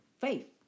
faith